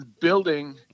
building